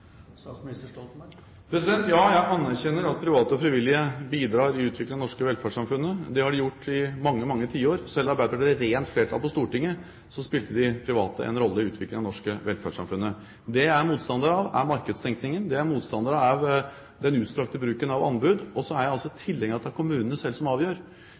Ja, jeg anerkjenner at private og frivillige bidrar til å utvikle det norske velferdssamfunnet. Det har de gjort i mange, mange tiår. Selv da Arbeiderpartiet hadde rent flertall på Stortinget, spilte de private en rolle i utviklingen av det norske velferdssamfunnet. Det jeg er motstander av, er markedstenkningen. Det jeg er motstander av, er den utstrakte bruken av anbud, og så er jeg altså tilhenger av at det er kommunene selv som avgjør.